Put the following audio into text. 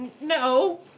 No